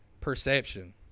perception